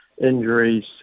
injuries